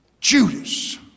Judas